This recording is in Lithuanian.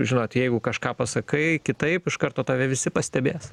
žinot jeigu kažką pasakai kitaip iš karto tave visi pastebės